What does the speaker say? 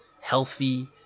healthy